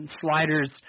sliders